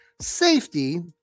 safety